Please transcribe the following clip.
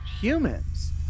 humans